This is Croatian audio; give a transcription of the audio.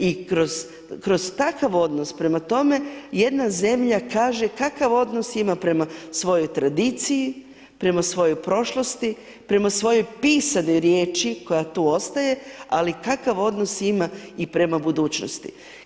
I kroz takav odnos prema tome jedna zemlja kaže kakav odnos ima prema svojoj tradiciji, prema svojoj prošlosti, prema svojoj pisanoj riječi koja tu ostaje, ali kakav odnos ima i prema budućnosti.